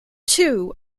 two